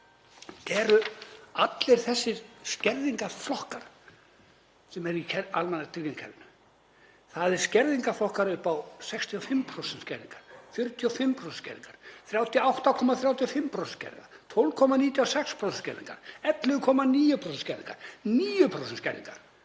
eru allir þessir skerðingarflokkar í almannatryggingakerfinu. Það eru skerðingarflokkar upp á 65% skerðingar, 45% skerðingar 38,35% skerðingar, 12,96% skerðingar, 11,9% skerðingar, 9% skerðingar.